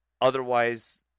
Otherwise